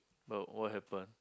but what happen